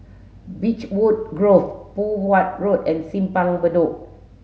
Beechwood Grove Poh Huat Road and Simpang Bedok